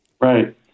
Right